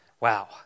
Wow